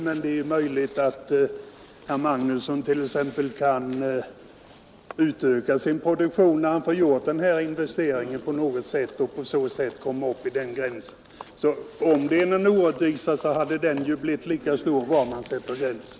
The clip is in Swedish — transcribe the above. Men det är möjligt att herr Magnusson kan utöka sitt koantal och därmed öka produktionen när han har gjort den här investeringen och på så sätt komma upp till gränsen 50 000 kilogram. Om det är någon orättvisa med denna gräns, så hade den ju blivit lika stor var man än hade satt gränsen.